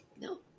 No